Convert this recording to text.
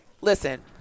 Listen